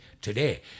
today